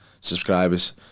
subscribers